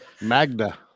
Magda